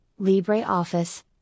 LibreOffice